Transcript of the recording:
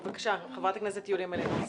בבקשה, חברת הכנסת יוליה מלינובסקי.